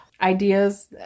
ideas